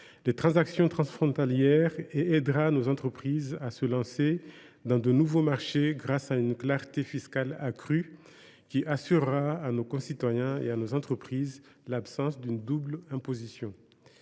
les transactions transfrontalières et aidera nos entreprises à se lancer sur de nouveaux marchés, grâce à une clarté fiscale accrue, qui assurera à nos concitoyens et à nos entreprises l’absence d’une double imposition.